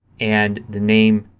and the name